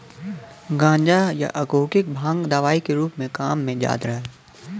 गांजा, या औद्योगिक भांग दवाई के रूप में काम में जात रहल